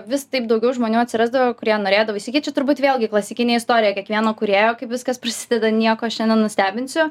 vis taip daugiau žmonių atsirasdavo kurie norėdavo įsigyti čia turbūt vėlgi klasikinė istorija kiekvieno kūrėjo kaip viskas prasideda nieko aš čia nenustebinsiu